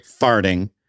farting